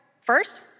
first